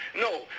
No